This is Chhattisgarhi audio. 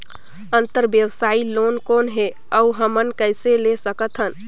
अंतरव्यवसायी लोन कौन हे? अउ हमन कइसे ले सकथन?